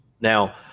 now